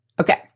Okay